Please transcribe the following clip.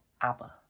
abba